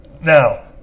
now